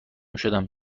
شدم